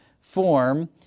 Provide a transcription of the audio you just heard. form